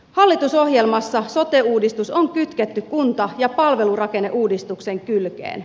hallitusohjelmassa sote uudistus on kytketty kunta ja palvelurakenneuudistuksen kylkeen